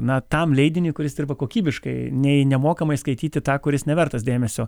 na tam leidiniui kuris dirba kokybiškai nei nemokamai skaityti tą kuris nevertas dėmesio